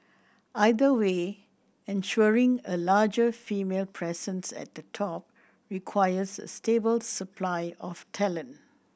either way ensuring a larger female presence at the top requires a stable supply of talent